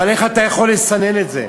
אבל איך אתה יכול לסנן את זה?